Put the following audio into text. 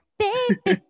baby